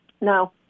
no